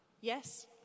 Yes